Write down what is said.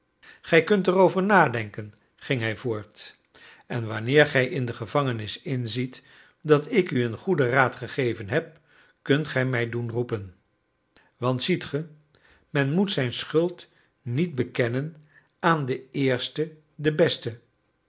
gij kunt er over nadenken ging hij voort en wanneer gij in de gevangenis inziet dat ik u een goeden raad gegeven heb kunt ge mij doen roepen want ziet ge men moet zijn schuld niet bekennen aan den eerste den beste